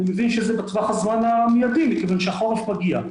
אני מבין שזה בטווח הזמן המיידי מכיוון שהחורף מגיע.